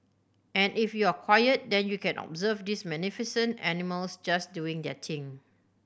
and if you're quiet then you can observe these magnificent animals just doing their thing